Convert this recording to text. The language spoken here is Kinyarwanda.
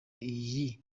iyi